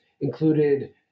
included